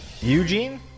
Eugene